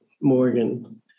Morgan